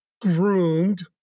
groomed